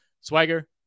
swagger